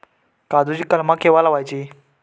काजुची कलमा केव्हा लावची?